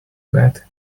bed